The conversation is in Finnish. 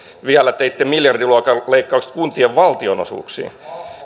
vielä teitte miljardiluokan leikkaukset kuntien valtionosuuksiin